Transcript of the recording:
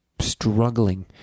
struggling